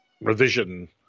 revision